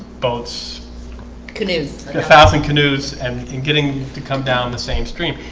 boats canoes a thousand canoes and and getting to come down the same stream.